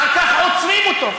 אחר כך עוצרים אותו,